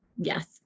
Yes